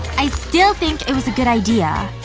i still think it was a good idea